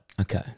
Okay